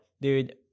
Dude